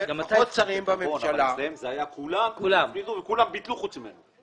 כולם ביטלו, חוץ ממנו.